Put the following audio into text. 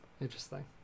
interesting